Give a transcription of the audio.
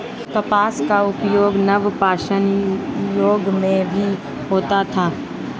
कपास का उपयोग नवपाषाण युग में भी होता था